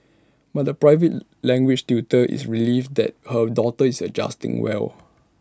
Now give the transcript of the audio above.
but the private language tutor is relieved that her daughter is adjusting well